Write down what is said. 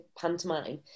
pantomime